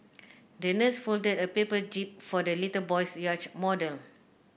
the nurse folded a paper jib for the little boy's yacht model